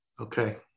Okay